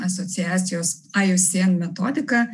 asociacijos iucn metodika